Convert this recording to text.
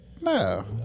No